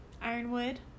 Ironwood